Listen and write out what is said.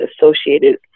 associated